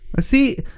See